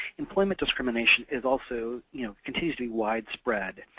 employment discrimination is also you know continues to be widespread,